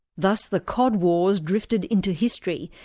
thus the cod wars drifted into history,